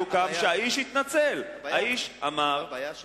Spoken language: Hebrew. האיש התנצל, האיש אמר את ההקשר